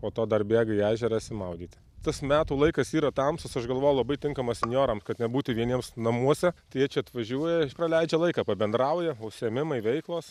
po to dar bėga į ežerą išsimaudyti tas metų laikas yra tamsus aš galvoju labai tinkamas senjoram kad nebūti vieniems namuose tai jie čia atvažiuoja praleidžia laiką pabendrauja užsiėmimai veiklos